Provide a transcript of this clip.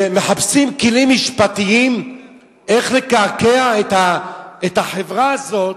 ומחפשים כלים משפטיים איך לקעקע את החברה הזאת,